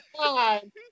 time